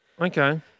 Okay